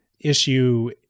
issue